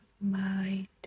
mind